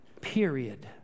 period